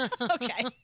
Okay